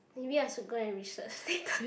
maybe I should go and research later